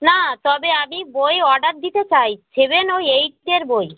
না তবে আবি বই অর্ডার দিতে চাই সেভেন ও এইটের বই